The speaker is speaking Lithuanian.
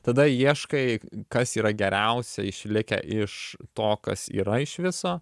tada ieškai kas yra geriausia išlikę iš to kas yra iš viso